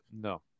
no